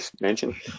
mention